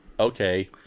okay